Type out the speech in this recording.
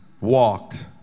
walked